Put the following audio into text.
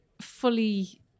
fully